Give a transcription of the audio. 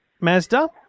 Mazda